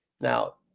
Now